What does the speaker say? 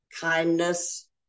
kindness